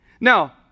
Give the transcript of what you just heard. Now